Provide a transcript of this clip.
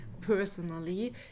personally